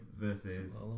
versus